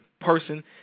person